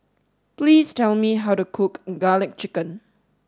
please tell me how to cook garlic chicken